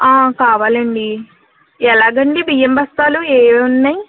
కావాలండీ ఎలాగండి బియ్యం బస్తాలు ఏవేవున్నయ్